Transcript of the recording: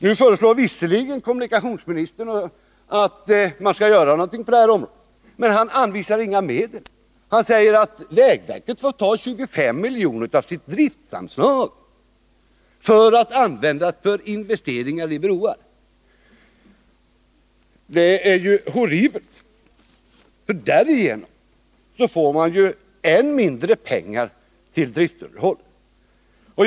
Nu föreslår visserligen kommunikationsministern att man skall göra någonting på detta område, men han anvisar inga medel. Han säger att vägverket får ta 25 milj.kr. av sitt driftanslag att användas för investeringar i broar. Det är ju horribelt. Därigenom får man ju än mindre pengar till driftsunderhållet.